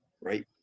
Right